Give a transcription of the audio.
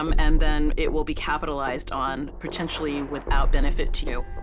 um and then it will be capitalized on potentially without benefit to you.